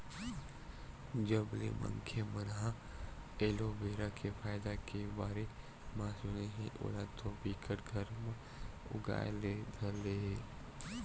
जब ले मनखे मन ह एलोवेरा के फायदा के बारे म सुने हे ओला तो बिकट घर म उगाय ले धर ले हे